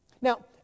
Now